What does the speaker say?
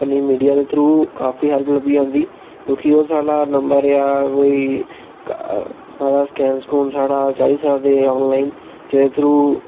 अपनी मिडिया दे थ्रू काफी हैल्फ लब्भी जंदी ते किओह् साढ़ा कोई साढ़ा स्कैम साढ़ा चाढ़ी सकदे आनॅलाइन जेहदे थ्रू